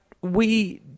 We